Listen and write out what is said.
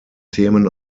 themen